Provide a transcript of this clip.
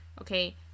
Okay